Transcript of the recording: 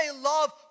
love